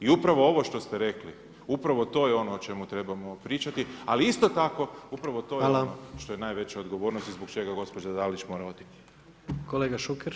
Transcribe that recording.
I upravo ovo što ste rekli, upravo to je ono o čemu trebamo pričati, ali isto tako upravo to je ono što je najveća odgovornost i zbog čega gospođa Dalić mora otići.